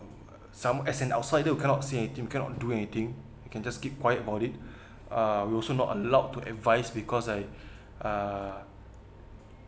some as an outsider you cannot say you cannot do anything you can just keep quiet about it uh we also not allowed to advice because I uh